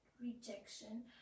rejection